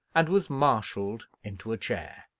and was marshalled into a chair.